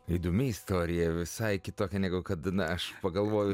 įdomi istorija visai kitokia negu kad na aš pagalvojau